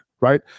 right